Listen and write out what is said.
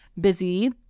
busy